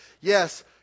Yes